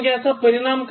याचा परिणाम काय